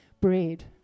bread